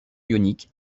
ioniques